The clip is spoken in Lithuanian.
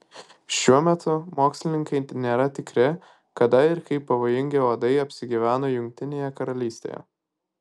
šiuo metu mokslininkai nėra tikri kada ir kaip pavojingi uodai apsigyveno jungtinėje karalystėje